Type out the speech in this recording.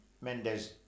Mendes